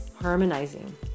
harmonizing